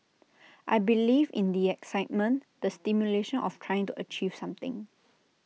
I believe in the excitement the stimulation of trying to achieve something